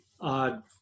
odd